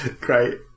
Great